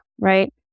right